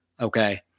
okay